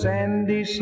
Sandy